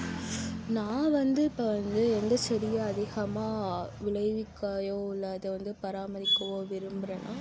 நான் வந்து இப்போ வந்து எந்த செடி அதிகமாக விளைவிக்கவோ இல்லை அதை வந்து பராமரிக்கவோ விரும்புறேன்னா